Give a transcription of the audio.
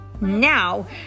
Now